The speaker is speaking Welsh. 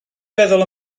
feddwl